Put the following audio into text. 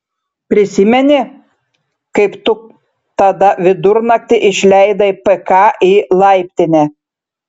prisimeni kaip tu tada vidurnaktį išleidai pk į laiptinę